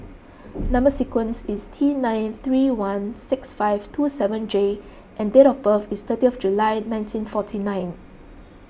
Number Sequence is T nine three one six five two seven J and date of birth is thirty of July nineteen forty nine